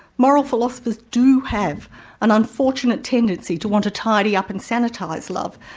moral philosophers do have an unfortunate tendency to want to tidy up and sanitise love.